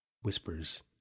Whispers